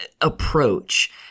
approach